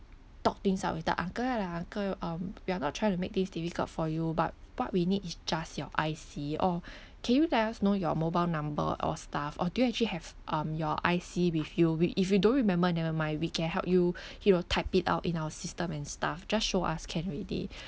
talk things out with the uncle lah like uncle um we're not trying to make things difficult for you but what we need is just your I_C or can you let us know your mobile number or stuff or do you actually have um your I_C with you w~ if you don't remember never mind we can help you you know type it out in our system and stuff just show us can already